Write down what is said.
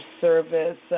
service